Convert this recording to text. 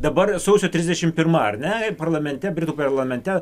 dabar sausio trisdešim pirma ar ne ir parlamente britų parlamente